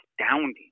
astounding